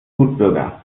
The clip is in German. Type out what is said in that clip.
wutbürger